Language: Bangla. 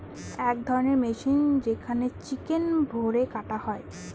এক ধরণের মেশিন যেখানে চিকেন ভোরে কাটা হয়